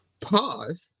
pause